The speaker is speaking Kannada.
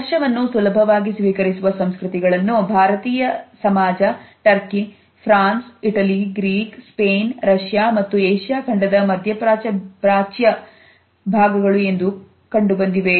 ಸ್ಪರ್ಶವನ್ನು ಸುಲಭವಾಗಿ ಸ್ವೀಕರಿಸುವ ಸಂಸ್ಕೃತಿಗಳನ್ನು ಭಾರತೀಯ ಸಮಾಜ Turkey France Italy Greek Spain ರಷ್ಯಾಮತ್ತು ಏಷ್ಯಾ ಖಂಡದ ಮಧ್ಯಪ್ರಾಚ್ಯ ಭಾಗಗಳುಎಂದು ಕಂಡುಬಂದಿದೆ